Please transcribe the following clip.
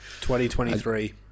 2023